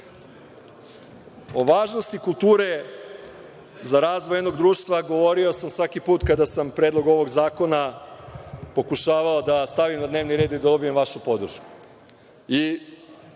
O važnosti kulture za razvoj jednog društva govorio sam svaki puta kada sam Predlog ovog zakona pokušavao da stavim na dnevni red i da dobijem vašu podršku, i